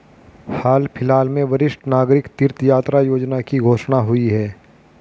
हाल फिलहाल में वरिष्ठ नागरिक तीर्थ यात्रा योजना की घोषणा हुई है